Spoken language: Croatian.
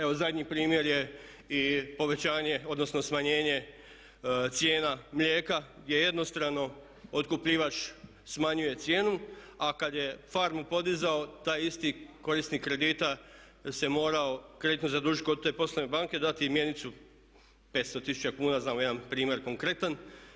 Evo zadnji primjer je i povećanje odnosno smanjenje cijena mlijeka gdje jednostrano otkupljivač smanjuje cijenu, a kad je farmu podizao taj isti korisnik kredita se morao kreditno zadužiti kod te poslovne banke, dati im mjenicu od 500 tisuća kuna, znam jedan primjer konkretan.